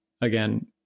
again